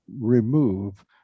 remove